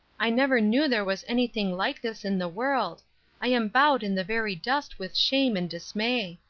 i never knew there was anything like this in the world i am bowed in the very dust with shame and dismay.